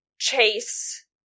Chase